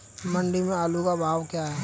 मंडी में आलू का भाव क्या है?